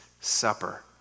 Supper